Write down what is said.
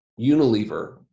Unilever